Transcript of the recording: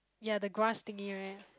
ya the grass thingy right